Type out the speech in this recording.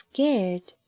Scared